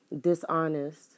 dishonest